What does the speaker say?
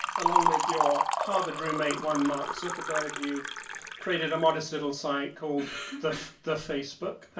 along with your harvard roommate, one mark zuckerberg, you created a modest little site called the the facebook.